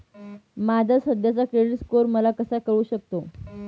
माझा सध्याचा credit score मला कसा कळू शकतो?